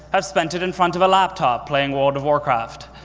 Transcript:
have spent it in front of a laptop playing world of warcraft.